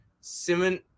Simon